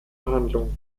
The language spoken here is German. behandlung